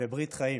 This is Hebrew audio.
בברית חיים.